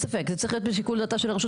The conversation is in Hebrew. זה צריך להיות בשיקול דעתה של הרשות